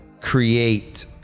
create